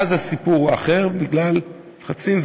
אז הסיפור הוא אחר בגלל לחצים,